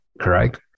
correct